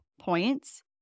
points